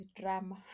drama